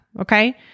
Okay